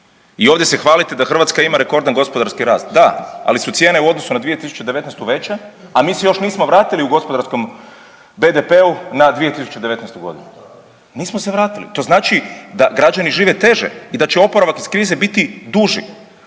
I ovdje se hvalite da Hrvatska ima rekordan gospodarski rast, da, ali su cijene u odnosu na 2019. veće, a mi se još nismo vratili u gospodarskom BDP-u na 2019.g., nismo se vratili. To znači da građani žive teže i da će oporavak iz krize biti duži.